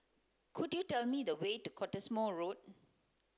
could you tell me the way to Cottesmore Road